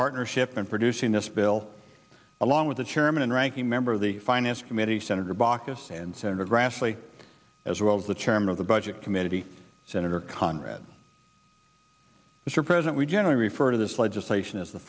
partnership in producing this bill along with the chairman and ranking member of the finance committee senator baucus and senator grassley as well as the chairman of the budget committee senator conrad mr president we generally refer to this legislation as the